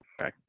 Okay